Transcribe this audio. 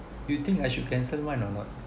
you think I should cancel mine or not